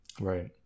right